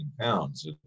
pounds